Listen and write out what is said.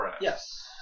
Yes